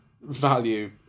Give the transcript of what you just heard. value